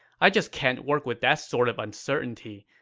i just can't work with that sort of uncertainty.